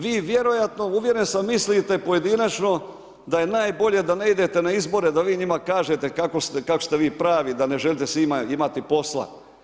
Vi vjerojatno, uvjeren sam mislite pojedinačno da je najbolje da ne idete na izbore da vi njima kažete kako ste vi pravi, da ne želite s njima imati posla.